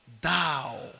thou